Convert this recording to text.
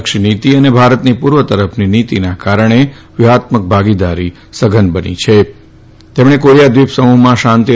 ક્ષી નીતિ અને ભારતની પૂર્વ તરફની નીતિના કારણે વ્યૂહાત્મક ભાગીદારી સધન બની છે તેમણે કોરિયા દ્વીપ સમૂહમાં શાંતિ અને